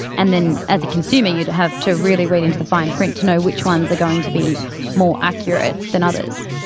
and then as a consumer you'd have to really read into the fine print to know which ones are going to be more accurate than others.